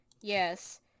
Yes